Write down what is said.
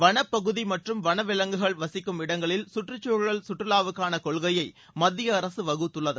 வனப்பகுதி மற்றும் வனவிலங்குகள் வசிக்கும் இடங்களில் சுற்றுச்சூழல் சுற்றுலாவுக்கான கொள்கையை மத்திய அரசு வகுத்துள்ளது